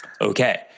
Okay